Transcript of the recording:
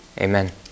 amen